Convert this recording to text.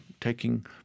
taking